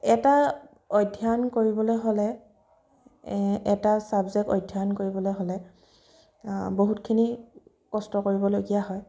এটা অধ্যয়ন কৰিবলৈ হ'লে এটা চাবজেক্ট অধ্যয়ন কৰিবলৈ হ'লে বহুতখিনি কষ্ট কৰিবলগীয়া হয়